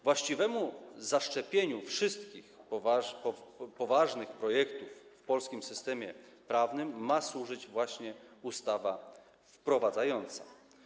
Właściwemu zaszczepieniu wszystkich poważnych projektów w polskim systemie prawnym ma służyć właśnie ustawa wprowadzająca.